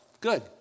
Good